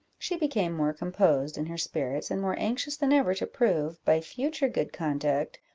she became more composed in her spirits, and more anxious than ever to prove, by future good conduct,